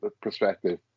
perspective